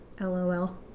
LOL